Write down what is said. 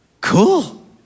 cool